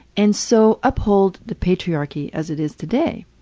and so uphold the patriarchy as it is today.